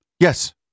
yes